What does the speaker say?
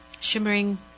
shimmering